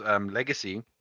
Legacy